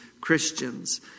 Christians